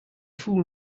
fool